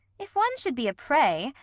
if one should be a prey,